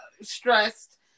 stressed